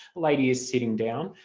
lady is sitting down,